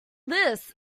this